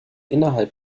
innerhalb